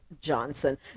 Johnson